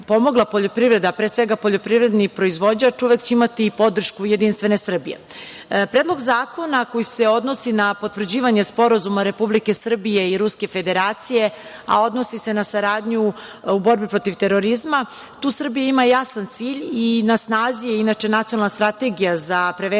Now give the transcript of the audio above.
poljoprivreda, pre svega, poljoprivredni proizvođač, uvek će imati podršku JS.Predlog zakona koji se odnosi na potvrđivanje Sporazuma Republike Srbije i Ruske Federacije, a odnosi se na saradnju u borbi protiv terorizma, tu Srbija ima jasan cilj i na snazi je inače Nacionalna strategija za prevenciju